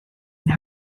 and